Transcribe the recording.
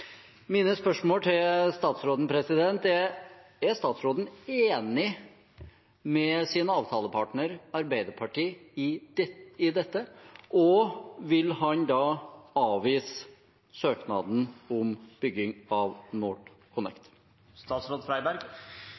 Mine spørsmål til statsråden er: Er statsråden enig med sin avtalepartner Arbeiderpartiet i dette, og vil han da avvise søknaden om bygging av